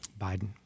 Biden